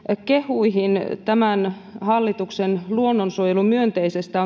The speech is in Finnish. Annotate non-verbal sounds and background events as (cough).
kehuihin tämän hallituksen luonnonsuojelumyönteisyydestä (unintelligible)